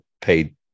paid